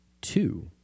Two